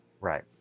right